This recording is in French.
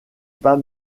pas